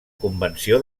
convenció